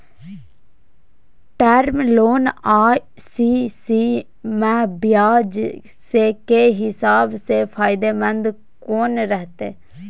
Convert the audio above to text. Term loan आ CC म ब्याज के हिसाब से फायदेमंद कोन रहते?